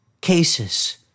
cases